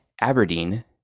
Aberdeen